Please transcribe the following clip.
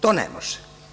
To ne može.